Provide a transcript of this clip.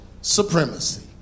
supremacy